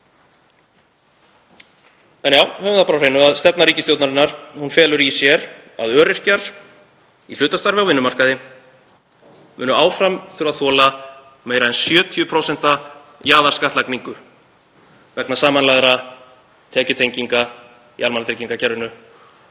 það nú? Höfum það á hreinu að stefna ríkisstjórnarinnar felur í sér að öryrkjar í hlutastarfi á vinnumarkaði munu áfram þurfa að þola meira en 70% jaðarskattlagningu vegna samanlagðra tekjutenginga í almannatryggingakerfinu